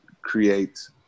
create